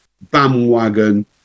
bandwagon